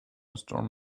storm